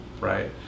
right